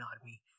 Army